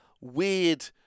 weird